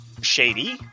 shady